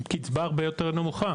עם קצבה הרבה יותר נמוכה.